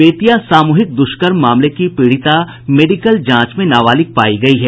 बेतिया सामूहिक दुष्कर्म मामले की पीड़िता मेडिकल जांच में नाबालिग पायी गयी है